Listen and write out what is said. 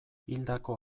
hildako